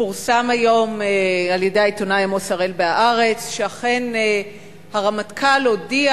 פורסם היום על-ידי העיתונאי עמוס הראל ב"הארץ" שאכן הרמטכ"ל הודיע